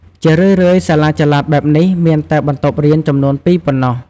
ជារឿយៗ សាលាចល័តបែបនេះមានតែបន្ទប់រៀនចំនួន ២ ប៉ុណ្ណោះ។